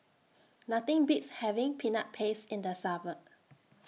Nothing Beats having Peanut Paste in The Summer